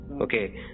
okay